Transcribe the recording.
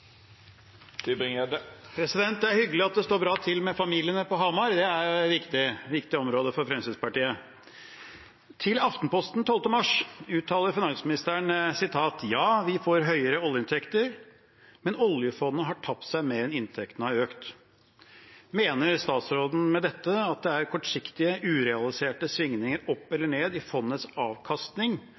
Aftenposten 12. mars uttaler finansministeren at «ja, vi får høyere oljeinntekter, men Oljefondet har tapt seg mer enn inntekten har økt». Mener statsråden med dette at det er kortsiktige, urealiserte svingninger opp eller ned i fondets avkastning